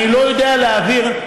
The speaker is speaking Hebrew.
אני לא יודע להעביר.